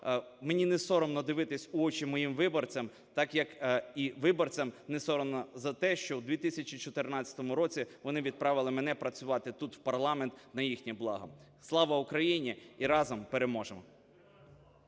мені не соромно дивитись в очі моїм виборцям. Так як і виборцям не соромно за те, що в 2014 році вони відправили мене працювати тут, в парламент, на їхнє благо. Слава Україні! І разом переможемо.